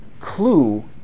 clue